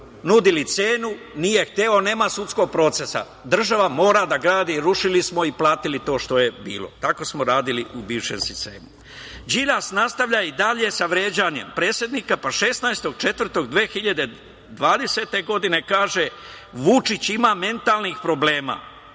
nudili cenu, nije hteo, nema sudskog procesa, država mora da gradi, rušili smo i platili to što je bilo. Tako smo radili u bivšem sistemu. Đilas nastavlja i dalje sa vređanjem predsednika, pa 16. aprila 2020. godine kaže: „Vučić ima mentalnih problema.